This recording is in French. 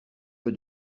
peu